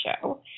show